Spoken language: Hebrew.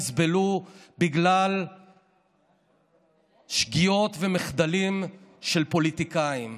יסבלו בגלל שגיאות ומחדלים של פוליטיקאים.